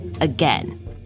Again